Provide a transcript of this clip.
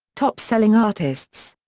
top selling artists.